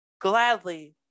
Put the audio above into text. gladly